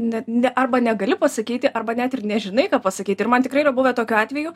net arba negali pasakyti arba net ir nežinai ką pasakyti ir man tikrai yra buvę tokių atvejų